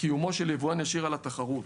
קיומו של יבואן ישיר על התחרות.